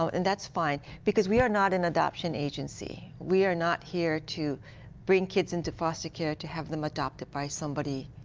so and that's fine. because we are not an adoption agency. we are not here to bring kids into foster care to have them adopted by somebody,